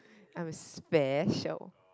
I'm special